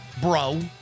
bro